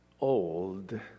old